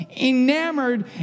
enamored